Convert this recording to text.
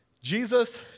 Jesus